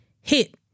hit